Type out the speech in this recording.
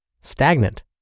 stagnant